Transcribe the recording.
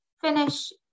finish